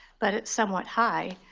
but it's somewhat high.